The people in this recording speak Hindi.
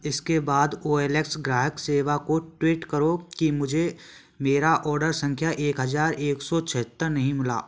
इसके बाद ओएलएक्स ग्राहक सेवा को ट्वीट करो कि मुझे मेरे ऑर्डर संख्या एक हज़ार एक सौ छिहत्तर नहीं मिला